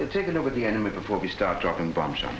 taken over the enemy before we start dropping bombs on